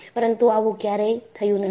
પરંતુ આવું ક્યારેય થયું નથી